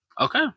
okay